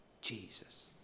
Jesus